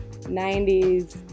90s